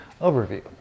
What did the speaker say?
overview